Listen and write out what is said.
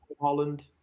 Holland